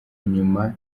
nyuma